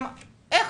איך